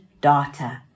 data